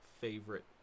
favorite